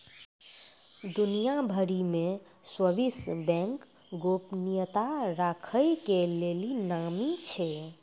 दुनिया भरि मे स्वीश बैंक गोपनीयता राखै के लेली नामी छै